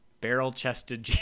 barrel-chested